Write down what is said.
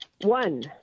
One